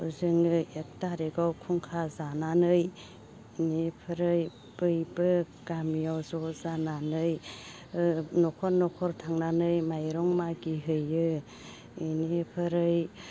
जोङो एक थारिखआव खुंखा जानानै इनिफ्राइ बैबो गामियाव ज' जानानै ओ न'खर न'खर थांनानै माइरं मागि हैयो इनिफ्राइ